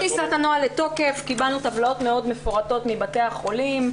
מכניסת הנוהל לתוקף קיבלנו טבלאות מפורטות מאוד מבתי החולים.